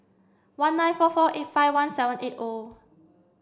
one nine four four eight five one seven eight O